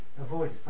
avoid